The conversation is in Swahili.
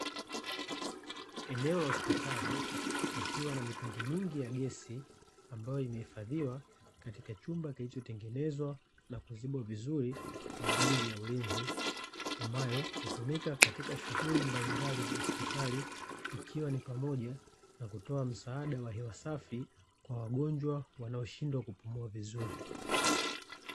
Eneo la hospitali likiwa na mitungi mingi ya gesi, ambayo imehifadhiwa katika chumba kilichotengenezwa na kuzibwa vizuri kwa ajili ya ulinzi, ambayo hutumika katika shughuli mbalimbali za hospitali, ikiwa ni pamoja na kutoa msaada wa hewa safi kwa wagonjwa wanaoshindwa kupumua vizuri.